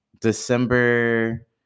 december